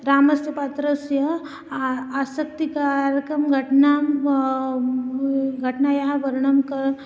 रामस्य पात्रस्य आसक्तिकारकं घटना वा घटनायाः वर्णनं क